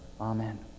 Amen